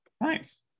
Nice